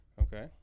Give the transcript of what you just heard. Okay